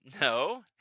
no